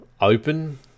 open